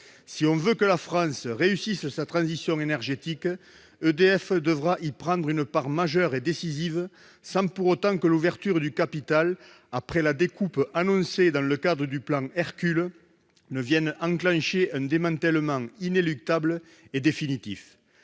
Si l'on veut que la France réussisse sa transition énergétique, EDF devra y prendre une part majeure et décisive, sans que l'ouverture du capital après la découpe annoncée dans le cadre du plan Hercule vienne enclencher un démantèlement définitif.